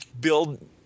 build